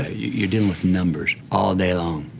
ah you're dealing with numbers all day long,